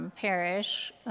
parish